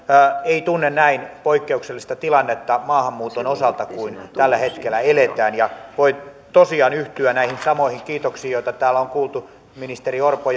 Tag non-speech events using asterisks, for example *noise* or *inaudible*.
ei tunne näin poikkeuksellista tilannetta maahanmuuton osalta kuin mitä tällä hetkellä eletään voi tosiaan yhtyä näihin samoihin kiitoksiin joita täällä on kuultu ministeri orpo *unintelligible*